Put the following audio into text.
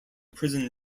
prison